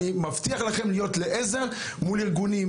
אני מבטיח לכם להיות לעזר מול ארגונים,